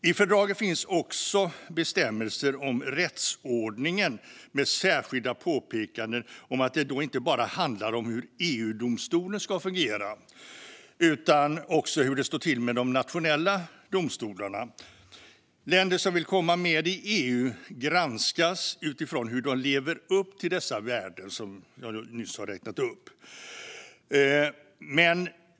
I fördraget finns också bestämmelser om rättsordningen med särskilda påpekanden om att det inte bara handlar om hur EU-domstolen ska fungera utan också om hur det står till med de nationella domstolarna. Länder som vill komma med i EU granskas utifrån hur de lever upp till dessa värden, som jag nyss räknade upp.